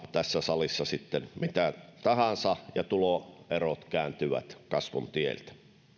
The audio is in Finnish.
tässä salissa sitten mitä tahansa ja tuloerot kääntyvät kasvun tieltä